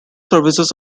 services